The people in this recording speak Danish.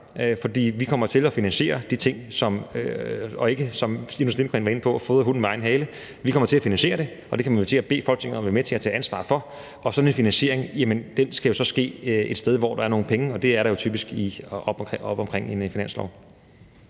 for vi kommer til at finansiere de ting – og ikke, som Stinus Lindgreen var inde på, ved at fodre hunden med egen hale. Vi kommer til at finansiere det, og det kommer vi til at bede Folketinget om at være med til at tage ansvar for. Og sådan en finansiering skal jo så ske et sted, hvor der er nogle penge, og det er der jo typisk i forbindelse med en finanslov.